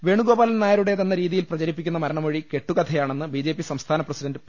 വേണുഗോപാലൻ നായരുടെതെന്ന രീതിയിൽ പ്രചരിപ്പിക്കുന്ന മര ണമൊഴി കെട്ടുകഥയാണെന്ന് ബിജെപി സംസ്ഥാന പ്രസിഡന്റ് പി